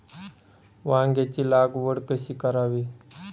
वांग्यांची लागवड कशी करावी?